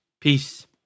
Peace